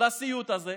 לסיוט הזה,